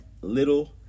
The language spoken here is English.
Little